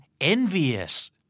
Envious